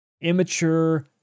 immature